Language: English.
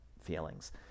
feelings